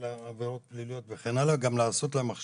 אלא עבירות פליליות וכן הלאה וגם לעשות להם הכשרות.